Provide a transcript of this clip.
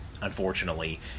unfortunately